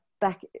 back